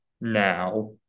now